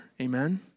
Amen